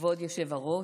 כבוד היושב-ראש,